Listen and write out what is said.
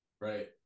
Right